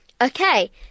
Okay